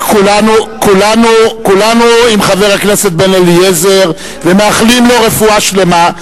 כולנו עם חבר הכנסת בן-אליעזר ומאחלים לו רפואה שלמה.